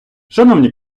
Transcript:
шановні